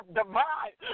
divide